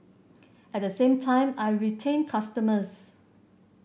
at the same time I retain customers